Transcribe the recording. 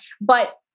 but-